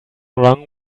wrong